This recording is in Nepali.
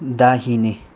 दाहिने